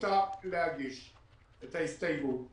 שמותר להגיש את ההסתייגות,